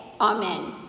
Amen